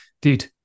dude